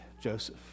Joseph